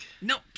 Nope